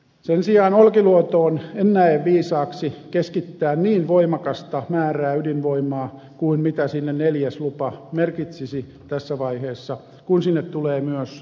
sen sijaan olkiluotoon en näe viisaaksi keskittää niin voimakasta määrää ydinvoimaa kuin mitä sinne neljäs lupa merkitsisi tässä vaiheessa kun sinne tulee myös jäte